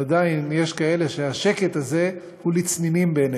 אבל עדיין יש כאלה שהשקט הזה הוא לצנינים בעיניהם.